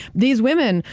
these women,